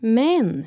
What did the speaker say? men